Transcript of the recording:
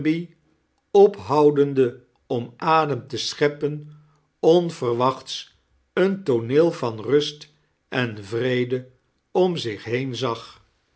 bphoudende om adem te scheppen onverwachts een tooneel van rust en vrede om zich been zag